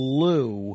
Blue